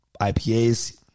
IPAs